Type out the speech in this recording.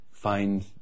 Find